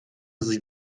sie